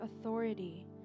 authority